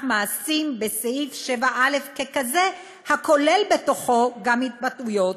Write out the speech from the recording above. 'מעשים' בסעיף 7א ככזה הכולל בתוכו גם התבטאויות,